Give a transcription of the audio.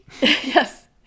yes